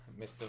Mr